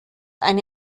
eine